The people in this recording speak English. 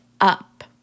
up